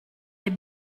est